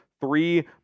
three